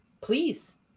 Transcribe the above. please